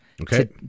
Okay